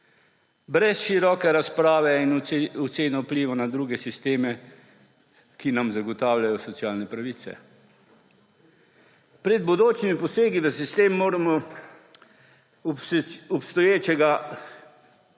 brez široke razprave in ocene vplivov na druge sisteme, ki nam zagotavljajo socialne pravice. Pred bodočimi posegi v sistem moramo obstoječega